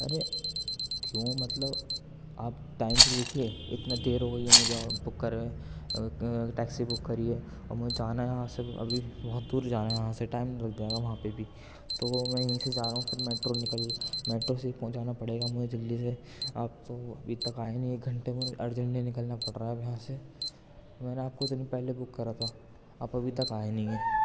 ارے کیوں مطلب آپ ٹائم تو دیکھیے اتنا دیر ہو گئی ہے مجھے بک کرے ہوئے ٹیکسی بک کری ہے اور مجھے جانا ہے یہاں سے ابھی بہت دور جانا ہے یہاں سے ٹائم لگ جائے گا وہاں پہ بھی تو وہ میں یہیں سے جا رہا ہوں پھر میٹرو نکل میٹرو سے جانا پڑے گا مجھے جلدی سے آپ ابھی تک آئے نہیں ایک گھنٹے میں ارجنٹلی نکلنا پڑ رہا ہے اب یہاں سے میں نے آپ کو اتنی پہلے بک کرا تھا آپ ابھی تک آئے نہیں ہیں